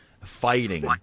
Fighting